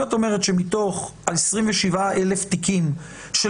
אם את אומרת שמתוך 27,000 תיקים של